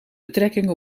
betrekking